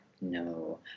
No